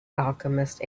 alchemist